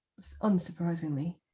unsurprisingly